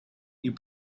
you